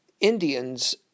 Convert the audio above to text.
Indians